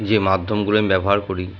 যে মাধ্যমগুলো আমি ব্যবহার করি